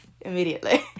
immediately